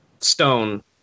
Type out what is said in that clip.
Stone